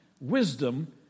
wisdom